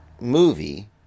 movie